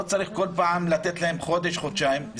לא צריך כל פעם לתת להם חודש, חודשיים.